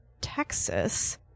Texas